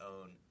own